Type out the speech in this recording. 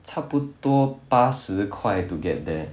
差不多八十块 to get there